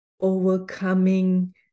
overcoming